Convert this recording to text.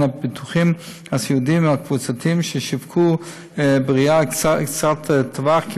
הביטוחים הסיעודיים הקבוצתיים ששווקו בראייה קצרת טווח כי